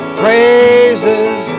praises